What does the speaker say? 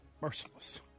merciless